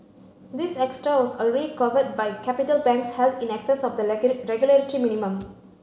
this extra was already covered by capital banks held in excess of the regulatory minimum